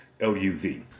L-U-Z